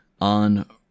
on